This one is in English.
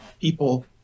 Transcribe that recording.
people